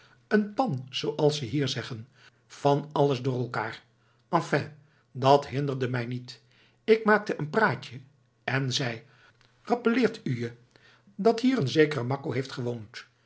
hurriewinkel een pan zooals ze hier zeggen van alles door elkaar afijn dat hinderde mij niet ik maakte een praatje en zei rappeleert u je dat hier een zekere makko heeft gewoond